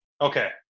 Okay